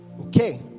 Okay